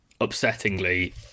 Upsettingly